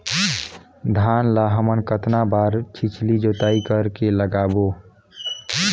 धान ला हमन कतना बार छिछली जोताई कर के लगाबो?